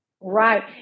Right